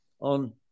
on